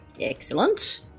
Excellent